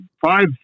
five